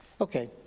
okay